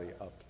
up